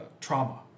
trauma